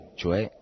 cioè